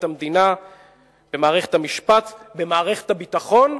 המדינה ומערכת המשפט ומערכת הביטחון,